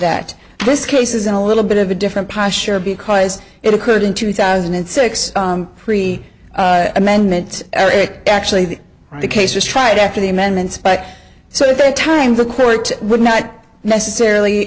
that this case is a little bit of a different posture because it occurred in two thousand and six pre amendment actually the case was tried after the amendments but so the time the court would not necessarily